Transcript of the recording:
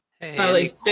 hey